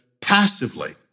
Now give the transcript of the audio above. passively